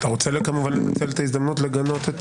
אתה רוצה כמובן לנצל את ההזדמנות לגנות את